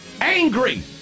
angry